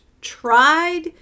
tried